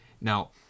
Now